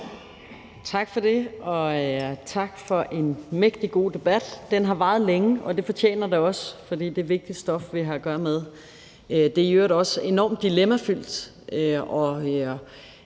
Tak for det, og tak for en mægtig god debat. Den har varet længe, og det fortjener emnet også, for det er vigtigt stof, vi har at gøre med. Det er i øvrigt også enormt dilemmafyldt,